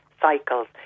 cycles